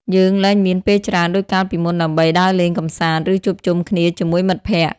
យើងលែងមានពេលច្រើនដូចកាលពីមុនដើម្បីដើរលេង កម្សាន្ត ឬជួបជុំគ្នាជាមួយមិត្តភក្តិ។